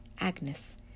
agnes